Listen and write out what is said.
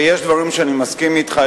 ויש דברים שאני מסכים אתך,